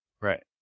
Right